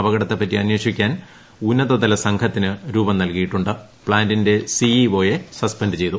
അപകടത്തെപ്പറ്റി അന്വേഷിക്കാൻ ഉന്നതതല സംഘത്തിനും രൂപം നൽകിയിട്ടു ് പ്ലാന്റിന്റെ സിഇഒ യെ സസ്പെന്റ് ചെയ്തു